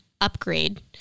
upgrade